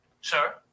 Sir